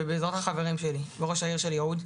ובעזרת החברים שלי וראש העיר של יהוד,